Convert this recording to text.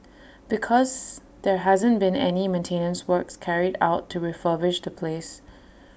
because there hasn't been any maintenance works carried out to refurbish the place